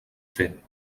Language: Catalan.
fer